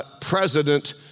president